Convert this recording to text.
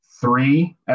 three